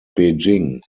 beijing